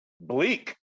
bleak